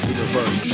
Universe